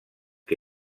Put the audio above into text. que